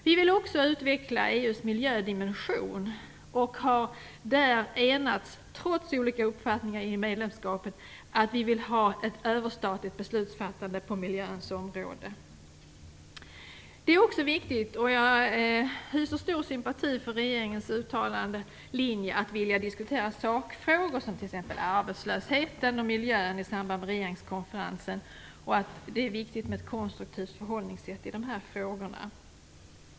Vi vill också utveckla EU:s miljödimension och har där - trots olika uppfattningar i medlemskapsfrågan - enats om att vi vill ha ett överstatligt beslutsfattande på miljöns område. Jag hyser stor sympati för regeringens uttalade linje att i samband med regeringskonferensen vilja diskutera sakfrågor som arbetslösheten och miljön. Det är viktigt med ett konstruktivt förhållningssätt i de här frågorna.